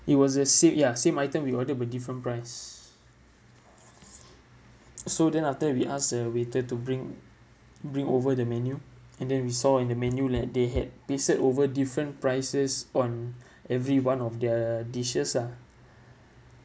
it was a sa~ ya same item we ordered but different price so then after we ask the waiter to bring bring over the menu and then we saw in the menu like they had pasted over different prices on every one of their dishes ah